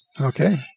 okay